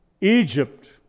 Egypt